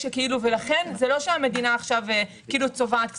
לכן זה לא שהמדינה עכשיו כאילו צובעת כספים.